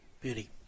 Beauty